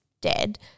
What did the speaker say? dead